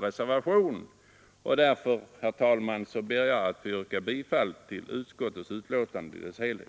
reservation med två undertecknare. Därför, herr talman, ber jag att få yrka bifall till utskottets betänkande i dess helhet.